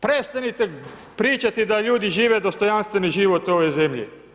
Prestanite pričati da ljudi žive dostojanstveni život u ovoj zemlji.